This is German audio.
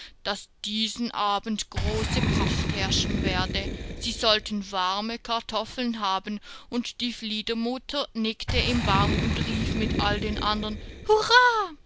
daß diesen abend große pracht herrschen werde sie sollten warme kartoffeln haben und die fliedermutter nickte im baum und rief mit all den andern hurra